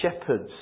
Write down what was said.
shepherds